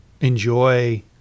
enjoy